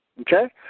Okay